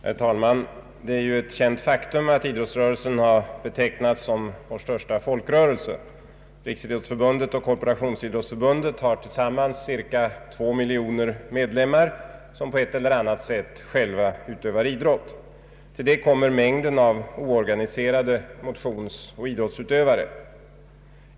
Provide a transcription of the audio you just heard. Herr talman! Det är ett känt faktum att idrottsrörelsen har betecknats som vår största folkrörelse. Riksidrottsförbundet och Korporationsidrottsförbundet har tillsammans ca 2 miljoner medlemmar, som på ett eller annat sätt själva utövar idrott. Till det kommer mäng den av oorganiserade motionsoch idrottsutövare.